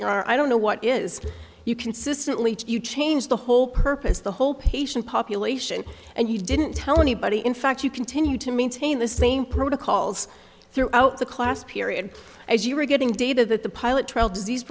are i don't know what is you consistently you change the whole purpose the whole patient population and you didn't tell anybody in fact you continue to maintain the same protocols throughout the class period as you were getting data that the pilot trial disease